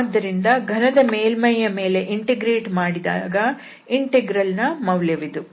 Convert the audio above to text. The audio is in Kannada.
ಆದ್ದರಿಂದ ಘನದ ಮೇಲ್ಮೈ ಯ ಮೇಲೆ ಇಂಟಿಗ್ರೇಟ್ ಮಾಡಿದಾಗ ಇಂಟೆಗ್ರಲ್ ನ ಮೌಲ್ಯವಿದು